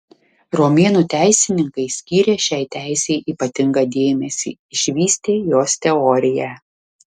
romėnų teisininkai skyrė šiai teisei ypatingą dėmesį išvystė jos teoriją